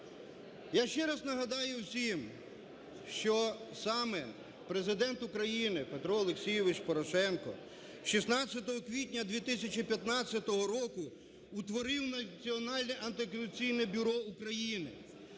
Я ще раз нагадаю всім, що саме Президент України Петро Олексійович Порошенко 16 квітня 2015 року утворив Національне антикорупційне бюро України.